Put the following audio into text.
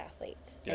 athletes